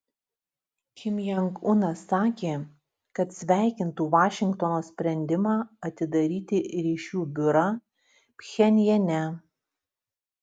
kim jong unas sakė kad sveikintų vašingtono sprendimą atidaryti ryšių biurą pchenjane